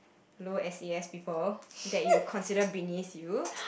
low s_e_s people that you consider beneath you